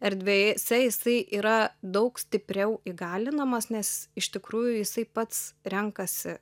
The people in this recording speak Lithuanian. erdvėj jisai jisai yra daug stipriau įgalinamas nes iš tikrųjų jisai pats renkasi